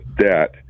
debt